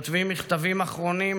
הם כותבים מכתבים אחרונים,